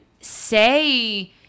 say